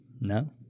no